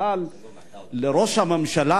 ראש הממשלה,